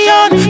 on